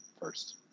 first